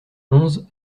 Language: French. onze